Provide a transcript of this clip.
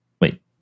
Wait